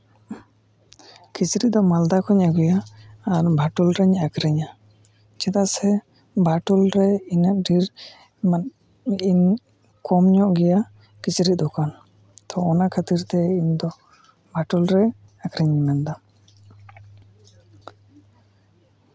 ᱠᱤᱪᱨᱤᱪ ᱫᱚ ᱢᱟᱞᱫᱟ ᱠᱷᱚᱡ ᱤᱧ ᱟᱹᱜᱩᱭᱟ ᱟᱨ ᱵᱷᱟᱴᱳᱞ ᱨᱤᱧ ᱟᱹᱠᱷᱨᱤᱧᱟ ᱪᱮᱫᱟᱜ ᱥᱮ ᱵᱷᱟᱴᱳᱞ ᱨᱮ ᱤᱱᱟᱹᱜ ᱰᱷᱮᱨ ᱤᱧ ᱠᱚᱢ ᱧᱚᱜ ᱜᱮᱭᱟ ᱠᱤᱪᱨᱤᱪ ᱫᱚᱠᱟᱱ ᱛᱚ ᱚᱱᱟ ᱠᱷᱟᱹᱛᱤᱨᱛᱮ ᱤᱧᱫᱚ ᱵᱷᱟᱴᱳᱞ ᱨᱮ ᱟᱹᱠᱷᱨᱤᱧᱤᱧ ᱢᱮᱱᱫᱟ